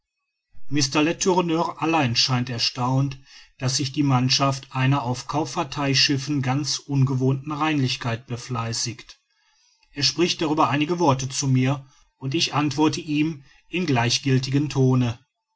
mr letourneur allein scheint erstaunt daß sich die mannschaft einer auf kauffahrtei schiffen ganz ungewohnten reinlichkeit befleißigt er spricht darüber einige worte zu mir und ich antworte ihm in gleichgiltigem tone